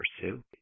pursue